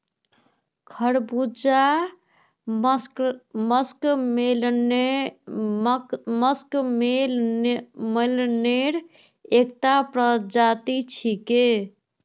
खरबूजा मस्कमेलनेर एकता प्रजाति छिके